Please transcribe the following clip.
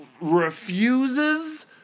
refuses